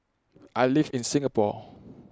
I live in Singapore